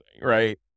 right